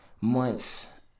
months